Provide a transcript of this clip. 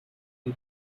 the